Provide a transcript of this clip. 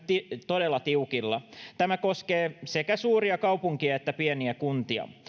todella tiukilla tämä koskee sekä suuria kaupunkeja että pieniä kuntia